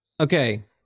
Okay